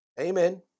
Amen